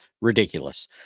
ridiculous